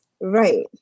Right